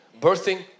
birthing